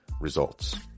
results